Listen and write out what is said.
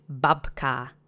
babka